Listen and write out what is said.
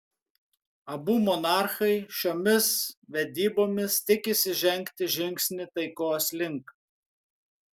abu monarchai šiomis vedybomis tikisi žengti žingsnį taikos link